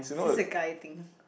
this a guy thing